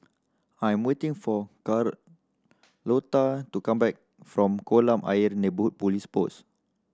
I am waiting for to come back from Kolam Ayer Neighbourhood Police Post